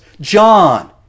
John